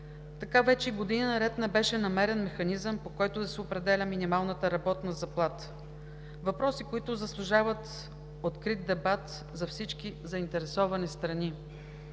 Така вече години наред не беше намерен механизъм, по който да се определя минималната работна заплата. Това са въпроси, които заслужават открит дебат за всички заинтересовани страни.